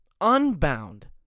unbound